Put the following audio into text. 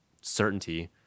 certainty